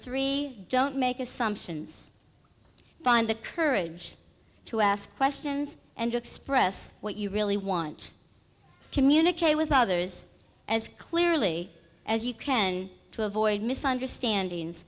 three don't make assumptions find the courage to ask questions and to express what you really want communicate with others as clearly as you can to avoid misunderstandings